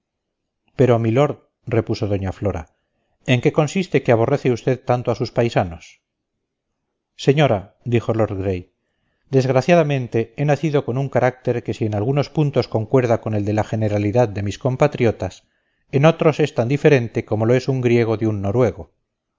absorto señores pero milord preguntó doña flora en qué consiste que aborrece usted tanto a sus paisanos señora dijo lord gray desgraciadamente he nacido con un carácter que si en algunos puntos concuerda con el de la generalidad de mis compatriotas en otros es tan diferente como lo es un griego de un noruego